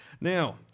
Now